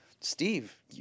Steve